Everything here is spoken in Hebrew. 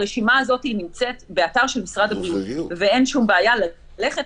הרשימה הזאת נמצאת באתר של משרד הבריאות ואין שום בעיה ללכת,